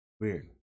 Weird